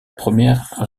première